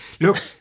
look